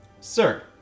sir